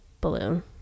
balloon